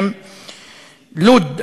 לוד,